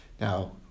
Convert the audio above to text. Now